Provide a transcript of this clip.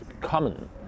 common